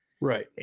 Right